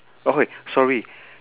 okay sorry